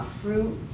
fruit